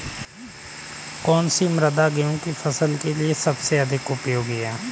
कौन सी मृदा गेहूँ की फसल के लिए सबसे उपयोगी है?